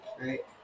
right